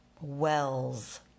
wells